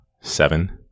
seven